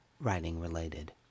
writing-related